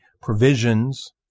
provisions